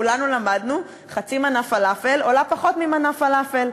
כולנו למדנו: חצי מנה פלאפל עולה פחות ממנה פלאפל.